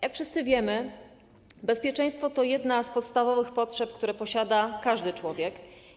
Jak wszyscy wiemy, bezpieczeństwo to jedna z podstawowych potrzeb, które posiada każdy człowiek.